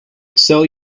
sell